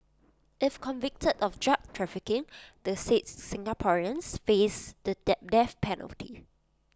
if convicted of drug trafficking the six Singaporeans face the death penalty